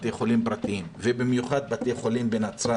בתי חולים פרטיים ובמיוחד בתי חולים בנצרת